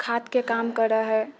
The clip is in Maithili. खादके काम करैहइ